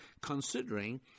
considering